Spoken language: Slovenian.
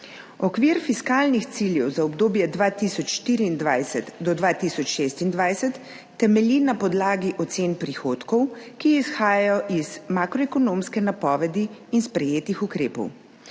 Okvir fiskalnih ciljev za obdobje 2024 do 2026 temelji na podlagi ocen prihodkov, ki izhajajo iz makroekonomske napovedi in sprejetih ukrepov.